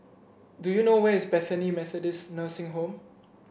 do you know where is Bethany Methodist Nursing Home